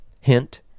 hint